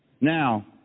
Now